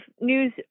news